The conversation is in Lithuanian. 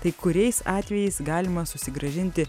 tai kuriais atvejais galima susigrąžinti